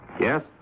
Yes